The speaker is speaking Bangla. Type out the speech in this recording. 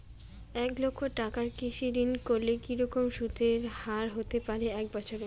এক লক্ষ টাকার কৃষি ঋণ করলে কি রকম সুদের হারহতে পারে এক বৎসরে?